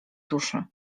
duszy